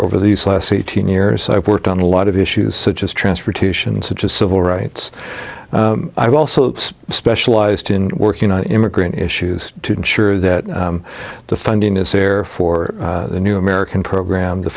over these last eighteen years i worked on a lot of issues such as transportation such as civil rights i also specialized in working on immigrant issues to ensure that the funding is there for the new american program the